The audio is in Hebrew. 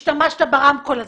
השתמשת ברמקול הזה,